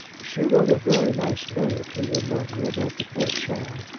she wrote a very nice letter to your mother about the poor child,